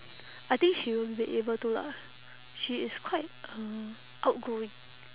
I think she will be able to lah she is quite uh outgoing